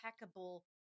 impeccable